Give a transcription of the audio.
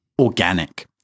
organic